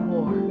War